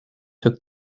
took